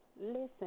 listen